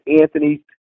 Anthony